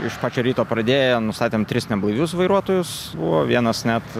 iš pačio ryto pradėję nustatėm tris neblaivius vairuotojus buvo vienas net